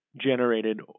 generated